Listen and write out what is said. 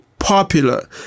Popular